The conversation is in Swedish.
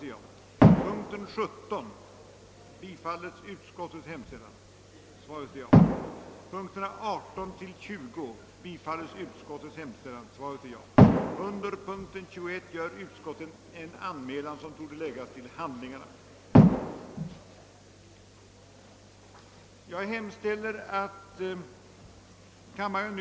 Undertecknad anhåller härmed om ledighet från riksdagsarbetet under tiden 27 mars—17 april 1969 på grund av utlandsresa.